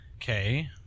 Okay